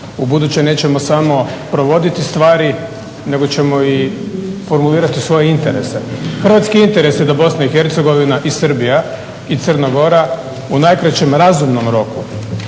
ubuduće nećemo samo provoditi stvari nego ćemo i formulirati svoje interese. Hrvatski interes je da BiH i Srbija i Crna Gora u najkraćem razumnom roku,